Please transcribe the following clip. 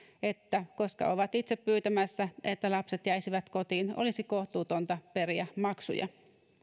että koska ovat itse pyytämässä että lapset jäisivät kotiin olisi kohtuutonta periä maksuja